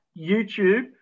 YouTube